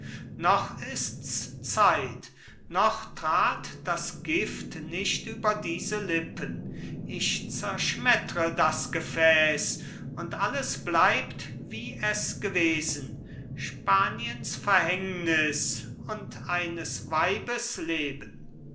noch ists zeit noch trat das gift nicht über diese lippen ich zerschmettre das gefäß und alles bleibt wie es gewesen spaniens verhängnis und eines weibes leben